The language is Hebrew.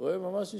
יראה ממש יישוב.